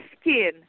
skin